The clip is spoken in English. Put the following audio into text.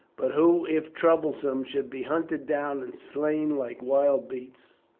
but who, if troublesome, should be hunted down and slain like wild beasts.